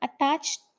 attached